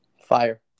Fire